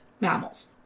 mammals